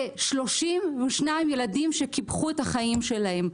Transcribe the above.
זה 32 ילדים שקיפחו את החיים שלהם.